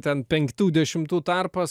ten penktų dešimtų tarpas